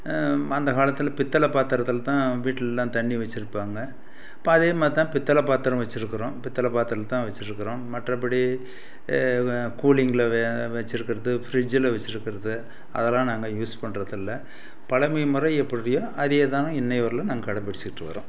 அந்த காலத்தில் பித்தளை பாத்திரத்துல தான் வீட்லெலாம் தண்ணி வச்சுருப்பாங்க இப்போ அதேமாதிரி தான் பித்தளை பாத்திரம் வச்சுருக்குறோம் பித்தளை பாத்திரத்தில்தான் வச்சுருக்குறோம் மற்றபடி கூலிங்கில் வ வச்சுருக்குறது ஃபிரிட்ஜில் வச்சுருக்குறது அதெலாம் நாங்கள் யூஸ் பண்ணுறது இல்லை பழமை முறை எப்படியோ அதே தான் இன்றையும் வரையிலும் நாங்கள் கடைப்பிடித்திட்டு வர்றோம்